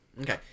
Okay